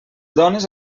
dones